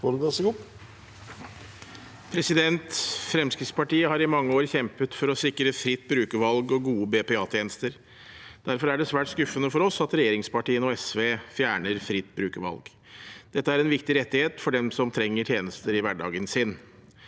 Fremskrittspartiet har i mange år kjempet for å sikre fritt brukervalg og gode BPA-tjenester. Derfor er det svært skuffende for oss at regjeringspartiene og SV fjerner fritt brukervalg. Dette er en viktig rettighet for dem som trenger tjenester i hverdagen sin.